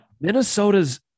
Minnesota's